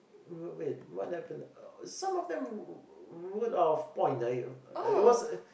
wait wait wait what happened some of them wrote out of point I I it was